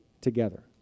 together